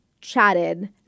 chatted